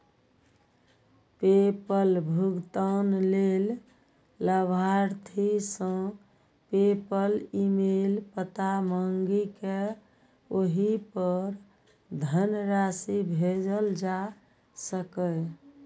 PayPal भुगतान लेल लाभार्थी सं पेपल ईमेल पता मांगि कें ओहि पर धनराशि भेजल जा सकैए